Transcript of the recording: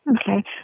Okay